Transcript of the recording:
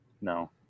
No